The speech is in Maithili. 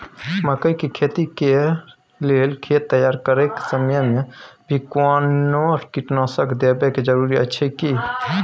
मकई के खेती कैर लेल खेत तैयार करैक समय मे भी कोनो कीटनासक देबै के जरूरी अछि की?